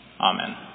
Amen